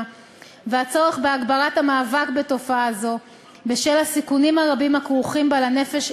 והצורך בהגברת המאבק בתופעה זו בשל הסיכונים הרבים הכרוכים בה לנפש,